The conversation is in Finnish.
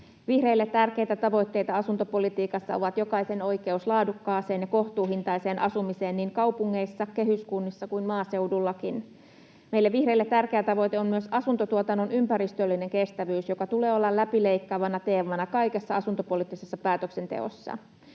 Vihreille tärkeä tavoite asuntopolitiikassa on jokaisen oikeus laadukkaaseen ja kohtuuhintaiseen asumiseen niin kaupungeissa, kehyskunnissa kuin maaseudullakin. Meille vihreille tärkeä tavoite on myös asuntotuotannon ympäristöllinen kestävyys, jonka tulee olla läpileikkaavana teemana kaikessa asuntopoliittisessa päätöksenteossa.